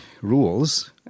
rules